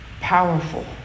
powerful